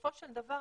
בסופו של דבר,